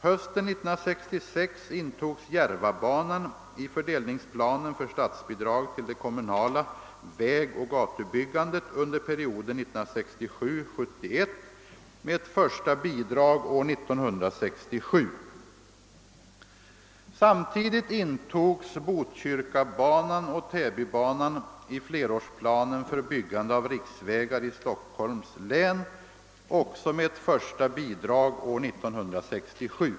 Hösten 1966 intogs Järvabanan i fördelningsplanen för statsbidrag till det kommunala vägoch gatubyggandet under perioden 1967—1971 med ett första bidrag år 1967. Samtidigt intogs Botkyrkabanan och Täbybanan i flerårsplanen för byggande av riksvägar i Stockholms län, också med ett första bidrag år 1967.